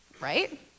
right